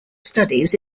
studies